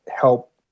help